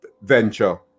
Venture